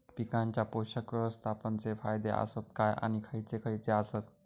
पीकांच्या पोषक व्यवस्थापन चे फायदे आसत काय आणि खैयचे खैयचे आसत?